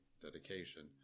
dedication